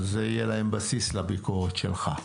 אז יהיה להם בסיס לביקורת שלך.